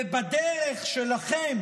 ובדרך שלכם